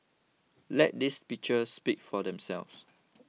let these pictures speak for themselves